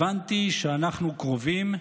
הבנתי שאנחנו קרובים,